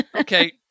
Okay